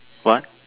what